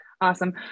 Awesome